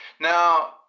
Now